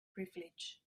privilege